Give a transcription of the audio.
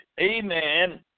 Amen